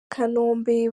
kanombe